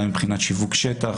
גם מבחינת שיווק שטח,